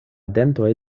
dentoj